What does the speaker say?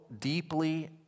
deeply